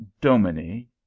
domini